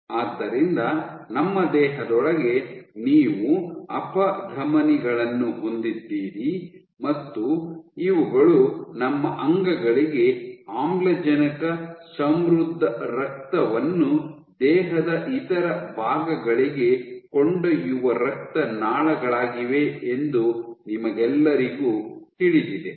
ಆದ್ದರಿಂದ ನೀವು ದೇಹದೊಳಗೆ ಅಪಧಮನಿಗಳನ್ನು ಹೊಂದಿದ್ದೀರಿ ಮತ್ತು ಇವುಗಳು ನಿಮ್ಮ ಅಂಗಗಳಿಗೆ ಆಮ್ಲಜನಕ ಸಮೃದ್ಧ ರಕ್ತವನ್ನು ದೇಹದ ಇತರ ಭಾಗಗಳಿಗೆ ಕೊಂಡೊಯ್ಯುವ ರಕ್ತನಾಳಗಳಾಗಿವೆ ಎಂದು ನಿಮಗೆಲ್ಲರಿಗೂ ತಿಳಿದಿದೆ